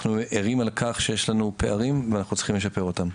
אנחנו ערים על כך שיש לנו פערים ואנחנו צריכים לשפר אותם.